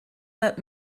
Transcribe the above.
let